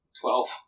Twelve